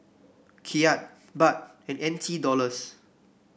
Kyat Baht and N T Dollars